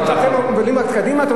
אבל מה הוא בוחש בענייני קדימה?